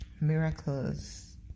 Miracles